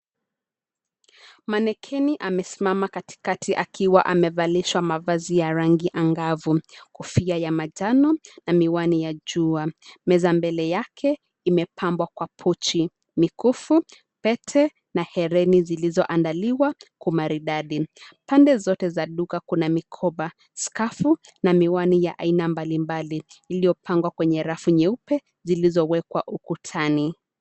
Mannequin amesimama katikati akiwa amevalishwa mavazi ya rangi angavu, kofia ya manjano, na miwani ya jua. Meza mbele yake imepambwa kwa pochi, mikufu, pete na hereni zilizoandaliwa kwa maridadi. Pande zote za duka kuna mikoba, skafu, na miwani ya aina mbalimbali iliyopangwa kwenye rafu nyeupe zilizowekwa ukutani.